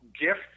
gift